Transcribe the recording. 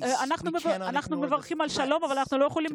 אבל בעודנו מברכים על השלום איננו יכולים